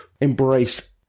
embrace